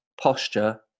Posture